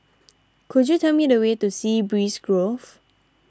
could you tell me the way to Sea Breeze Grove